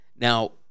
Now